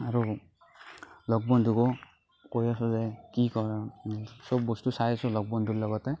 আৰু লগ বন্ধুকো কৈ আছো যে কি কৰা চব বস্তু চাই আছো লগ বন্ধুৰ লগতে